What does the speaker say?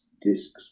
discs